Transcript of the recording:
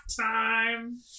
time